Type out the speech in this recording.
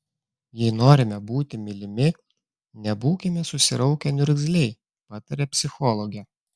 jei norime būti mylimi nebūkime susiraukę niurgzliai pataria psichologė